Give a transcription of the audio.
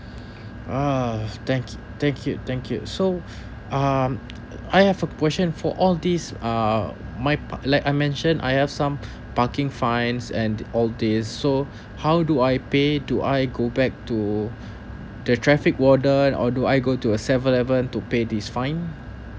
ah thank thank you thank you so um I have a question for all these uh my park like I mention I have some parking fines and all these so how do I pay do I go back to the traffic warden or do I go to a seven eleven to pay this fine